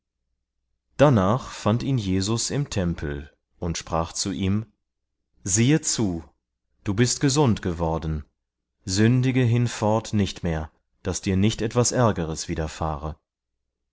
darnach fand ihn jesus im tempel und sprach zu ihm siehe zu du bist gesund geworden sündige hinfort nicht mehr daß dir nicht etwas ärgeres widerfahre